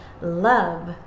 love